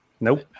Nope